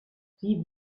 sie